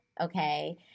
okay